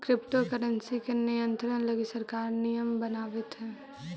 crypto currency के नियंत्रण लगी सरकार नियम बनावित हइ